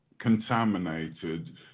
contaminated